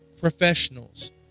professionals